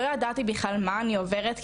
לא ידעתי בכלל מה אני עוברת,